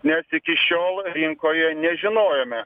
nes iki šiol rinkoje nežinojome